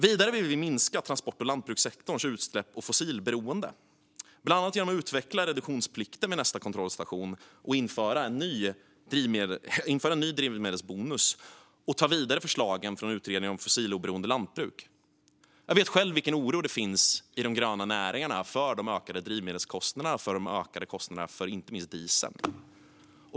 Vidare vill vi minska transport och lantbrukssektorns utsläpp och fossilberoende, bland annat genom att utveckla reduktionsplikten vid nästa kontrollstation, införa en ny biodrivmedelsbonus och ta vidare förslagen från utredningen Ett fossiloberoende jordbruk. Jag vet själv vilken oro det finns i de gröna näringarna för de ökade drivmedelskostnaderna, inte minst för diesel.